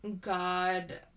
God